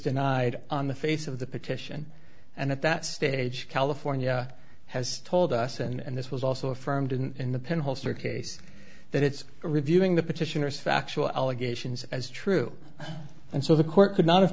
denied on the face of the petition and at that stage california has told us and this was also affirmed in the penn holster case that it's reviewing the petitioners factual allegations as true and so the court could not have